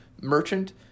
merchant